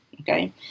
okay